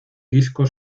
disco